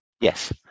Yes